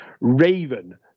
Raven